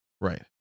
Right